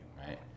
right